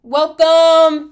welcome